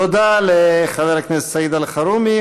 תודה לחבר הכנסת סעיד אלחרומי.